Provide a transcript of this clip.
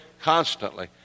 constantly